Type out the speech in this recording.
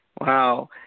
Wow